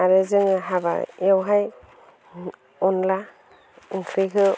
आरो जों हाबायावहाय अनला ओंख्रिखौ